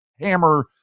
Hammer